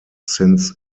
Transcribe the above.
since